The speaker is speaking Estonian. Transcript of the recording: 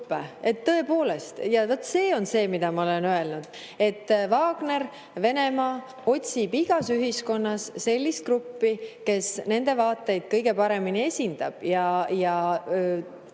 Tõepoolest, ja see on see, mida ma olen öelnud, et Wagner ja Venemaa otsivad igas ühiskonnas sellist gruppi, kes nende vaateid kõige paremini esindab,